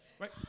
Right